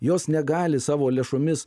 jos negali savo lėšomis